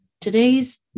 today's